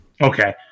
Okay